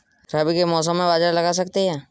रवि के मौसम में बाजरा लगा सकते हैं?